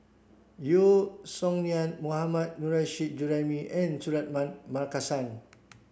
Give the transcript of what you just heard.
Yeo Song Nian Mohammad Nurrasyid Juraimi and Suratman Markasan